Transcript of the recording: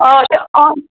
اچھا